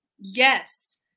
Yes